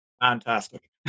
Fantastic